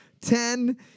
ten